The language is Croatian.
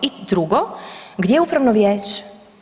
I drugo gdje je upravno vijeće?